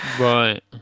Right